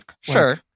Sure